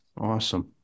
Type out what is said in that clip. Awesome